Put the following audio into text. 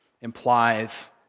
implies